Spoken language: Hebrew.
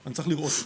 אני צריך לראות.